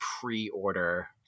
pre-order